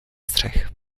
střech